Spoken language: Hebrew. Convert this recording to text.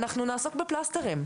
אנחנו נעסוק בפלסטרים.